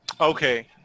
Okay